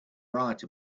right